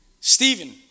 Stephen